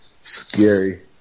scary